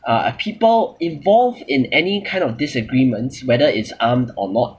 uh people involved in any kind of disagreements whether it's armed or not